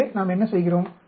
எனவே நாம் என்ன செய்கிறோம்